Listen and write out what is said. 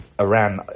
Iran